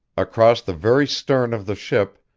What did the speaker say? across the very stern of the ship,